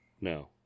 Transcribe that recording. No